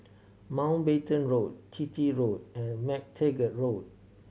Mountbatten Road Chitty Road and MacTaggart Road